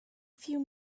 few